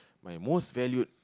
my most valued